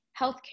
healthcare